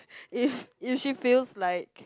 if if she feels like